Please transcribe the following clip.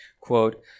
Quote